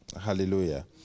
Hallelujah